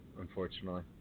Unfortunately